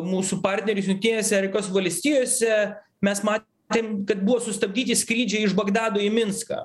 mūsų partnerius jungtinėse amerikos valstijose mes matėm kad buvo sustabdyti skrydžiai iš bagdado į minską